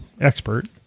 expert